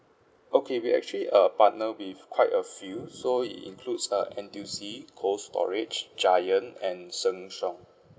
okay we actually uh partner with quite a few so it includes uh N_T_U_C Cold Storage Giant and Samsung